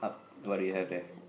what do you have there